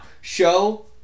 show